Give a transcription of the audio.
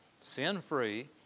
sin-free